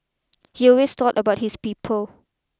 he always thought about his people